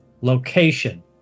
Location